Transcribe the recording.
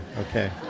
okay